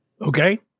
Okay